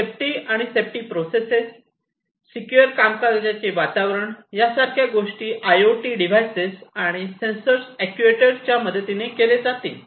safety आणि safety process secure कामकाजाचे वातावरण यासारख्या गोष्टी आयओटी डिव्हाइस आणि सेन्सर अॅक्ट्युएटर्सच्या मदतीने केले जातील